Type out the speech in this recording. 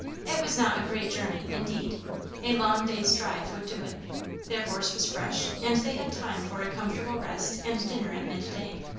it was not a great journey, indeed a long day's drive would do it their horse was fresh, and they had time for a comfortable rest and dinner at mid-day.